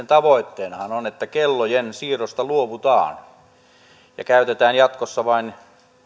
tavoitteenahan on että kellojen siirrosta luovutaan ja käytetään jatkossa vain